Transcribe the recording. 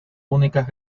únicas